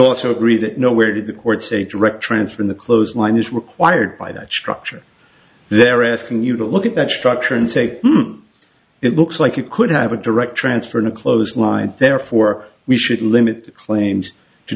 also agree that nowhere did the court state direct transfer in the clothesline is required by that structure they're asking you to look at that structure and say it looks like you could have a direct transfer in a clothes line therefore we should limit claims to